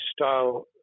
style